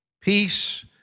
peace